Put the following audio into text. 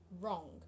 wrong